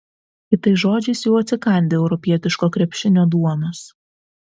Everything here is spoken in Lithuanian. kitais žodžiais jau atsikandę europietiško krepšinio duonos